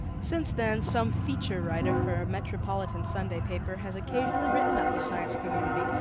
since then, some feature writer for a metropolitan sunday paper has occasionally written up the science community,